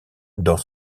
dans